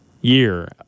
year